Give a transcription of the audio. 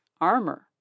armor